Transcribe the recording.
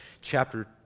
chapter